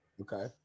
Okay